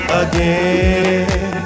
again